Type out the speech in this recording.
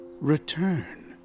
return